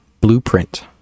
blueprint